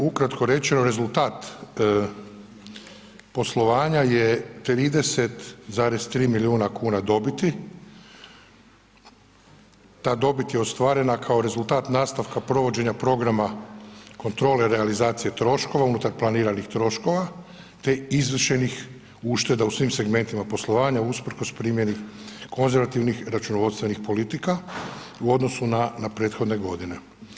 Ukratko rečeno, rezultat poslovanja je 30,3 milijuna kuna dobiti, ta dobit je ostvarena kao rezultat nastavka provođenja programa kontrole realizacije troškova unutar planiranih troškova, te izvršenih ušteda u svim segmentima poslovanja usprkos primjeni konzervativnih računovodstvenih politika u odnosu na, na prethodne godine.